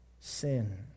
Sin